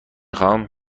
خواهم